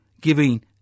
giving